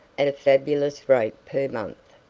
at a fabulous rate per month.